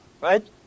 right